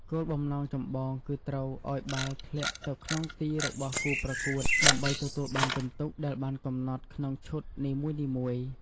គោលបំណងចម្បងគឺត្រូវឲ្យបាល់ធ្លាក់ទៅក្នុងទីរបស់គូប្រកួតដើម្បីទទួលបានពិន្ទុដែលបានកំណត់ក្នុងឈុតនីមួយៗ។